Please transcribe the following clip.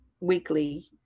weekly